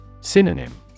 Synonym